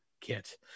kit